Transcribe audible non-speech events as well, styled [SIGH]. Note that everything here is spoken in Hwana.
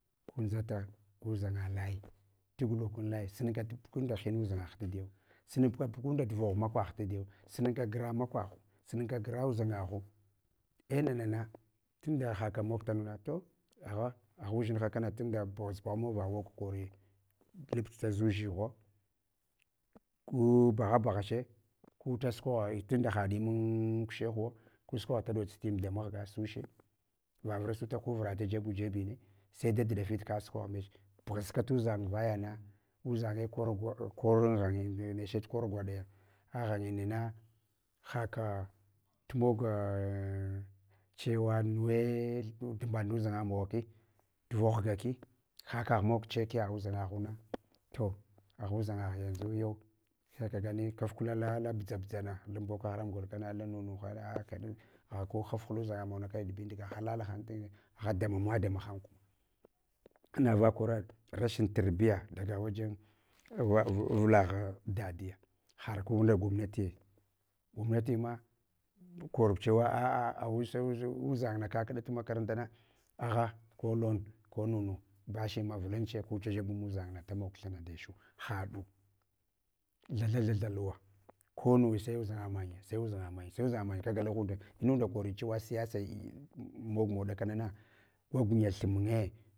Kunzata kuʒenga laye, tugulukun laye sunka bugunda tuhin udʒangagh taduyau sumumbuka bugunda tuvogh makwagh tadiya sununka gra makwaghu sununka gra udʒangaghu ei nanana tunda haka mog tanuna to agha udʒinha kana tunda bughas bughamau va wog kori labch da zu dʒighwa ku ghabaghache, ku daskwagha nanda ha imman kushehwo. Kusukwagha ta ɗots tin damahga suche, vavura sula ku vura da jebu jebine sai daduɗa fitka da sukwagha mech, pughaska tudʒang voyana uʒange koran ghangin neche tukor gwaɗa anghanginina haka tumoga chewa nuwai tumbaɗa tu nduzanga mawa ki turogh gaki, ha kagh xhekiya udʒangaghuna. To agha udʒanga tanʒu yau sai kagani kafka ala buʒa buʒa lan boko haram gol kana lan nunu hana a kaɗen, agha ko hahfla uzanga nauna kayal bindiga agha lalahan dan agha damamadama han kuma. Ana va koraɗ rashin tarbiya daga wayen avlagha dadiya har ku nda gwamnati gwamnatima korbu chewa a’a’ aghawusa udʒangana kakɗaf makarantana agh ko loan ko nunu bashima vulunche kujeb ma uʒang na dumog thuna ndechu naɗu thatha thath luwa konuwe sai uʒanga manya, sau uʒanga mongh sai uʒanga manya kagalahunda inunda kori chewu siyasa [HESITATION] mogmawa dakanana gwagunya thumye.